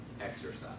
exercise